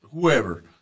whoever